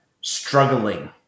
struggling